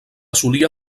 solia